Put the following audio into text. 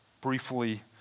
briefly